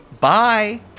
Bye